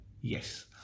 Yes